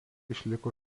išliko